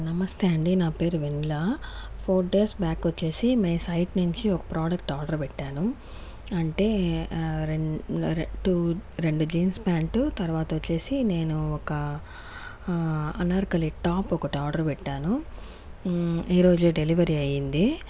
నమస్తే అండి నా పేరు వెన్నెల ఫోర్ డేస్ బ్యాక్ వచ్చేసి మీ సైట్ నుంచి ఒక ప్రోడక్ట్ ఆర్డర్ పెట్టాను అంటే రెండు రెం టు రెండు జీన్స్ ప్యాంటు తర్వాత వచ్చేసి నేను ఒక అనార్కలి టాప్ ఒకటి ఆర్డర్ పెట్టాను ఈరోజు డెలివరీ అయింది